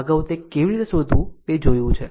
અગાઉ તે કેવી રીતે શોધવું તે જોયું છે